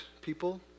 people